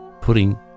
putting